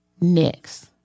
next